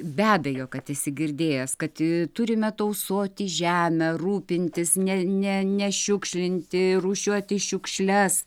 be abejo kad esi girdėjęs kad turime tausoti žemę rūpintis ne ne nešiukšlinti rūšiuoti šiukšles